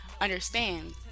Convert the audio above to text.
understand